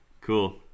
Cool